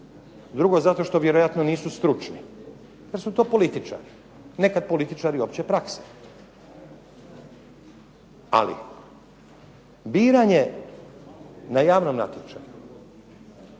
drugo zato što vjerojatno nisu stručni, jer su to političari, nekad političari opće prakse. Ali biranje na javnom natječaju